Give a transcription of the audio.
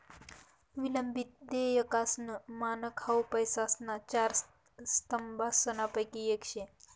विलंबित देयकासनं मानक हाउ पैसासना चार स्तंभसनापैकी येक शे